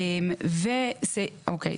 אוקיי.